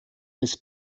des